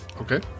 Okay